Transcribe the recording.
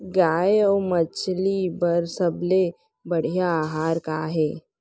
गाय अऊ मछली बर सबले बढ़िया आहार का हे?